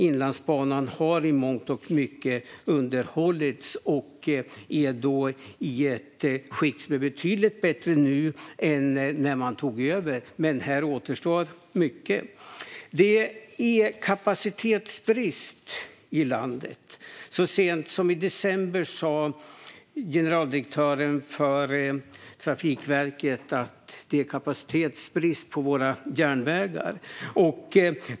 Inlandsbanan har i mångt och mycket underhållits och är i betydligt bättre skick nu än när man tog över. Men mycket återstår. Det råder kapacitetsbrist i landet. Så sent som i december sa generaldirektören för Trafikverket att det är kapacitetsbrist på våra järnvägar.